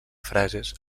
frases